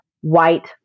white